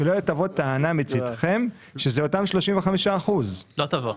שלא תבוא טענה מצדכם שזה אותם 35%. לא תבוא.